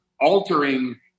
altering